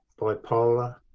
bipolar